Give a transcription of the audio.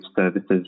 Services